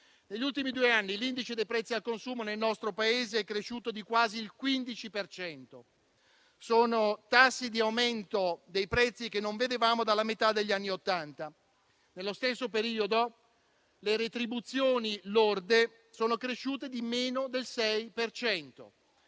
Negli ultimi due anni l'indice dei prezzi al consumo nel nostro Paese è cresciuto di quasi il 15 per cento. Sono tassi di aumento dei prezzi che non vedevamo dalla metà degli anni Ottanta. Nello stesso periodo, le retribuzioni lorde sono cresciute di meno del 6